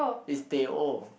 is Teh O